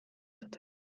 zuten